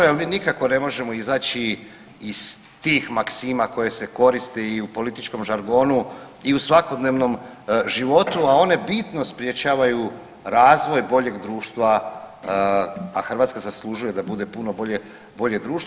Jer mi nikako ne možemo izaći iz tih maksima koje se koriste i u političkom žargonu i u svakodnevnom životu, a one bitno sprječavaju razvoj boljeg društva a Hrvatska zaslužuje da bude puno bolje društvo.